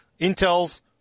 intel's